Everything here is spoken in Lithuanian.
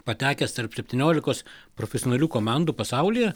patekęs tarp septyniolikos profesionalių komandų pasaulyje